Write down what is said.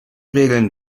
regeln